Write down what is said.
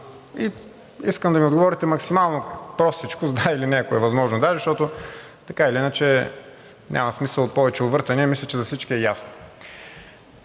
и искам да ми отговорите максимално простичко с да или не, ако е възможно, защото така или иначе няма смисъл от повече увъртания – мисля, че за всички е ясно.